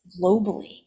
globally